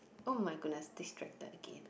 oh my goodness distracted again